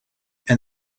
and